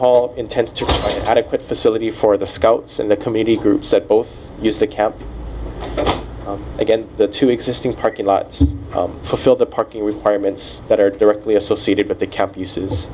hall intends to adequate facility for the scouts and the community groups that both use the camp again the two existing parking lots fulfill the parking requirements that are directly associated with the camp uses